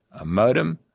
a modem,